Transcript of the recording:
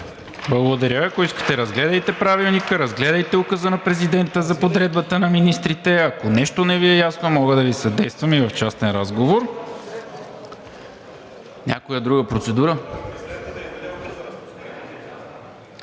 Благодаря. Ако искате, разгледайте Правилника, разгледайте Указа на президента за подредбата на министрите, ако нещо не Ви е ясно, мога да Ви съдействам и в частен разговор. Друга процедура?